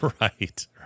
Right